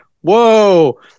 whoa